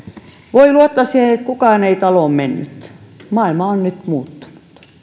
voi luottaa siihen että kukaan ei taloon mennyt maailma on nyt muuttunut